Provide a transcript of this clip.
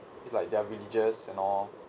it's like they're religious and all